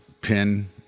pin